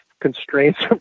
constraints